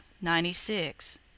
ninety-six